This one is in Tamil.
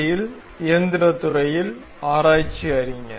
யில் இயந்திரத் துறையில் ஆராய்ச்சி அறிஞர்